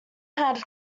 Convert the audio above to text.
had